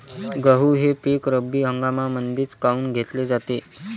गहू हे पिक रब्बी हंगामामंदीच काऊन घेतले जाते?